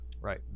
Right